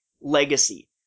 Legacy